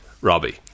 Robbie